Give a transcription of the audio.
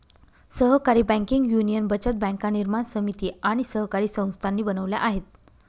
सहकारी banking union बचत बँका निर्माण समिती आणि सहकारी संस्थांनी बनवल्या आहेत